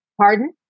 pardon